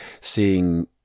seeing